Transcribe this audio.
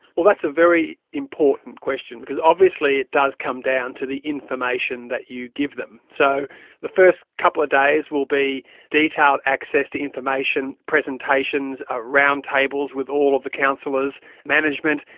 well, that's a very important question because obviously it does come down to the information that you give them. so the first couple of days will be detailed access to information, presentations, ah round-tables with all the councillors, management.